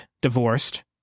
divorced